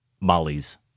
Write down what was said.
Molly's